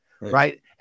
right